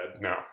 No